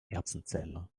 erbsenzähler